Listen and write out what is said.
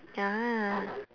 ya